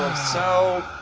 so,